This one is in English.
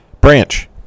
Branch